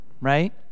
right